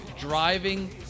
driving